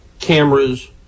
cameras